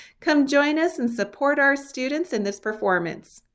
come join us and support our students in this performance.